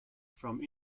from